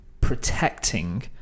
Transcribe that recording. protecting